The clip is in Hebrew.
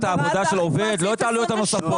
העבודה של העובד ולא את העלויות הנוספות.